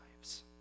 lives